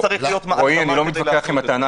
רועי, אני לא מתווכח עם הטענה